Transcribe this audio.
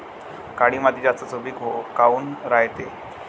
काळी माती जास्त सुपीक काऊन रायते?